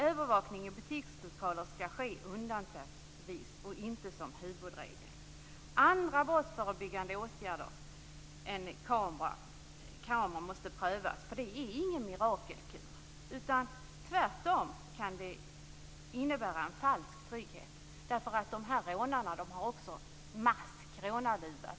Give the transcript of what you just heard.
Övervakning av butikslokaler skall ske undantagsvis, och inte som huvudregel. Andra brottsförebyggande åtgärder än kameror måste prövas. Det är nämligen ingen mirakelkur. Tvärtom kan det innebära en falsk trygghet. Rånarna har ju mask eller rånarluva.